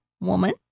woman